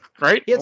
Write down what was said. right